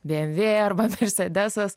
bmv arba mersedesas